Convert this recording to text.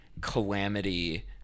calamity